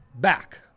back